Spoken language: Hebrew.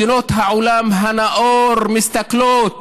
מדינות העולם הנאור מסתכלות